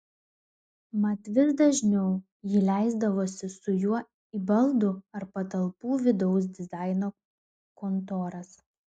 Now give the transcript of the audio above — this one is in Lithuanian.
mat vis dažniau ji leisdavosi su juo į baldų ar patalpų vidaus dizaino kontoras